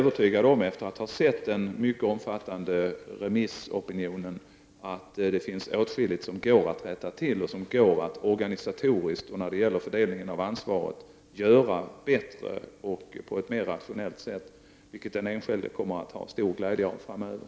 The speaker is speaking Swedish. Efter att ha sett den mycket omfattande remissopinionen är vi övertygade om att det finns åtskilligt som går att rätta till och som går att organisatoriskt göra bättre när det gäller fördelningen av ansvaret. Detta bör ske på ett rationellt sätt, vilket den enskilde kommer att ha stor glädje av framöver.